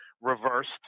reversed